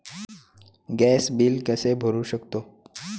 Gas bill कसे भरू शकतो?